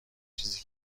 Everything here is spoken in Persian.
چیزی